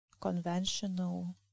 conventional